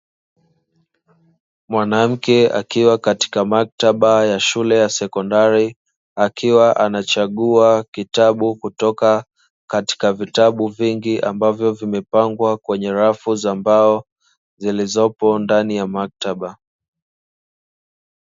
Mwanamke akiwa katika maktaba ya shule ya sekondari, akiwa anachagua kitabu kutoka katika vitabu vingi ambavyo vimepangwa kwenye rafu za mbao, zilizopo ndani ya maktaba.